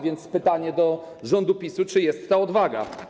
Więc pytanie do rządu PiS-u: Czy jest ta odwaga?